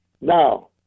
Now